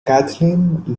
kathleen